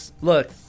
Look